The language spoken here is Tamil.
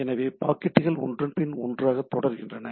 எனவே பாக்கெட்டுகள் ஒன்றன்பின் ஒன்றாக தொடர்கின்றன